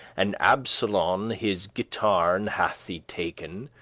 and absolon his gitern hath y-taken,